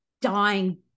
dying